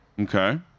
Okay